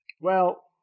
Well-